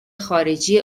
خارجی